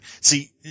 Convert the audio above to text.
See